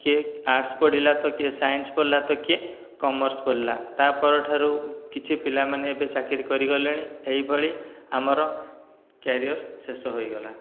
କିଏ ଆର୍ଟ୍ସ ପଢ଼ିଲା ତ କିଏ ସାଇନ୍ସ୍ ପଢ଼ିଲା କମର୍ସ ପଢ଼ିଲା ତା' ପରଠାରୁ କିଛି ପିଲା ଚାକିରୀ କରିଗଲେଣି ଏହିଭଳି ଆମ କ୍ୟାରିୟର୍ ଶେଷ ହୋଇଗଲା